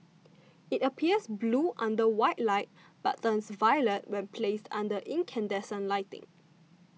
it appears blue under white light but turns violet when placed under incandescent lighting